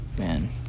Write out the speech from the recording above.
Man